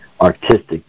artistic